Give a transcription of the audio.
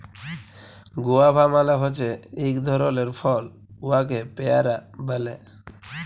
guava মালে হছে ইক ধরলের ফল উয়াকে পেয়ারা ব্যলে